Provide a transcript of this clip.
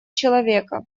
человека